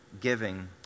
giving